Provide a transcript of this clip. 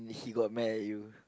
he got mad at you